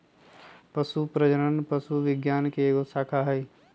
पशु प्रजनन पशु विज्ञान के एक शाखा हई